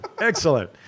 Excellent